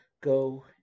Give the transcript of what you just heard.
go